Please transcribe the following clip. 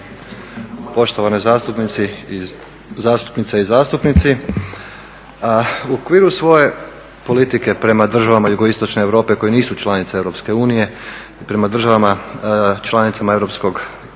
poštovane zastupnice i zastupnici. U okviru svoje politike prema državama jugoistočne Europe koje nisu članice EU i prema državama članicama europskog odnosno